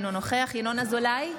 אינו נוכח ינון אזולאי,